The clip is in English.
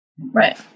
Right